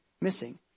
missing